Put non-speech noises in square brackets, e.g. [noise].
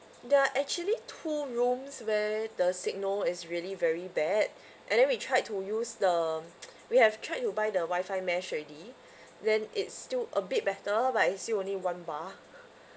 there are actually two rooms where the signal is really very bad and then we tried to use the [noise] we have tried to buy the wifi mesh already then it's still a bit better but it's still only one bar